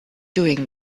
doing